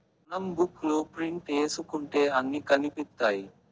మనం బుక్ లో ప్రింట్ ఏసుకుంటే అన్ని కనిపిత్తాయి